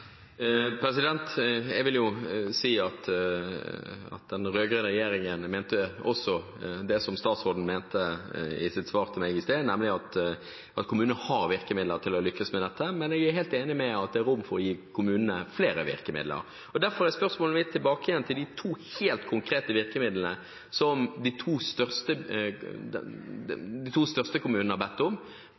Jeg vil si at den rød-grønne regjeringen også mente det som statsråden mente i sitt svar til meg i sted, nemlig at kommunene har virkemidler til å lykkes med dette, men jeg er helt enig i at det er rom for å gi kommunene flere virkemidler. Derfor er spørsmålet mitt – tilbake igjen til de to helt konkrete virkemidlene som de to største kommunene har bedt om: Bergen og Oslo, Høyre-ledede byråd, har begge bedt om